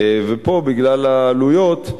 ופה, בגלל העלויות,